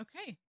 Okay